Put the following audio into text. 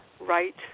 right